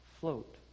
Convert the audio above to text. float